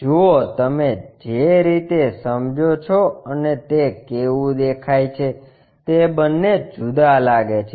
જુઓ તમે જે રીતે સમજો છો અને તે કેવું દેખાય છે તે બંને જુદા લાગે છે